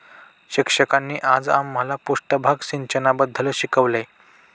शिक्षकांनी आज आम्हाला पृष्ठभाग सिंचनाबद्दल शिकवले